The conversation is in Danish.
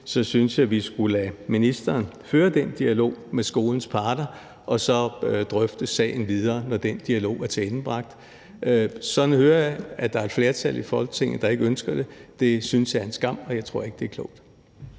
så synes jeg, at vi skulle lade ministeren føre den dialog med skolens parter og så drøfte sagen videre, når den dialog er tilendebragt. Sådan hører jeg at der er et flertal i Folketinget der ikke ønsker det. Det synes jeg er en skam, og jeg tror ikke, det er klogt.